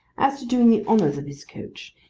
as to doing the honours of his coach,